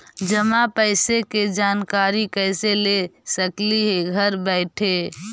जमा पैसे के जानकारी कैसे ले सकली हे घर बैठे?